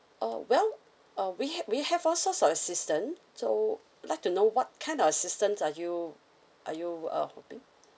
uh well uh we have we have all sort of assistance so like to know what kind of assistance are you are you uh hoping